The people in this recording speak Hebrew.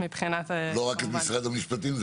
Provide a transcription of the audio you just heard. זה מטריד לא רק את משרד המשפטים,